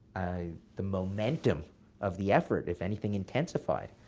the momentum of the effort, if anything, intensified.